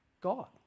God